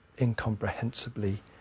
incomprehensibly